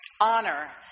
honor